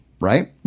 right